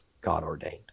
God-ordained